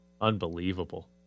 Unbelievable